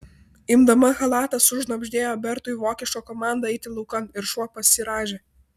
imdama chalatą sušnabždėjo bertui vokišką komandą eiti laukan ir šuo pasirąžė